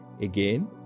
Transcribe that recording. Again